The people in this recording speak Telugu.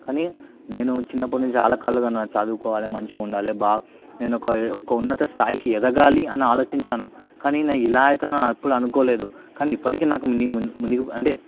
కానీ నేను చిన్నప్పటి నుంచి చాలా కలలుకన్నాను చదువుకోవాలి మంచిగా ఉండాలే బాగ నేను ఒక ఒక ఉన్నత స్థాయికి ఎదగాలి అని ఆలోచించాను కానీ నేను ఇలా అవుతుందని ఎప్పుడూ అనుకోలేదు కానీ ఇప్పటికీ నాకు మునిగి మునిగి అంటే